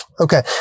Okay